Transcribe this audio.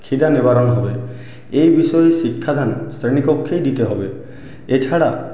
খিদে নিবারণ হবে এই বিষয়ে শিক্ষাদান শ্রেণীকক্ষেই দিতে হবে এছাড়া